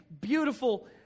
beautiful